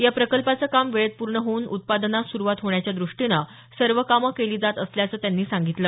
या प्रकल्पाचं काम वेळेत पूर्ण होऊन उत्पादनास सुरुवात होण्याच्या द्रष्टीनं सर्व कामं केली जात असल्याचं त्यांनी सांगितलं